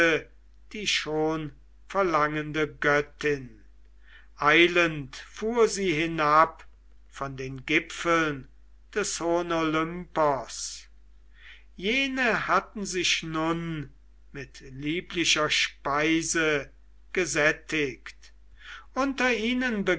die schon verlangende göttin eilend fuhr sie hinab von den gipfeln des hohen olympos jene hatten sich nun mit lieblicher speise gesättigt unter ihnen